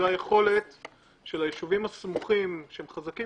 והיכולת של הישובים הסמוכים שהם חזקים